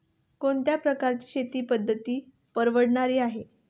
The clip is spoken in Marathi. कोणत्या प्रकारची शेती पद्धत परवडणारी आहे?